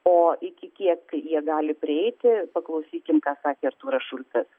o iki kiek jie gali prieiti paklausykim ką sakė artūras šulcas